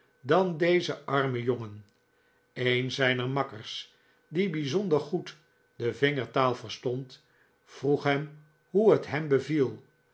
dan deze arme jongen een zijner makkers die bijzonder goed de vingertaal verstond vroeg hem hoe het hem beviel